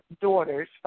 daughters